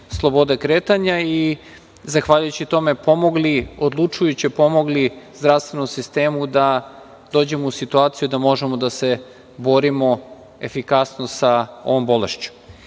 slobode kretanja i zahvaljujući tome pomogli, odlučujuće pomogli zdravstvenom sistemu da dođemo u situaciju da možemo da se borimo efikasno sa ovom bolešću. Takođe